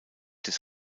des